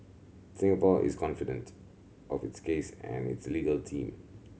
Singapore is confident of its case and its legal team